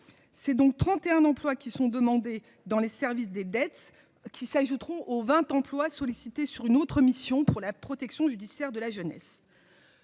c'est donc 31 emplois qui sont demandés dans les services des dettes qui s'ajouteront aux 20 employes sollicité sur une autre mission pour la protection judiciaire de la jeunesse,